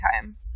time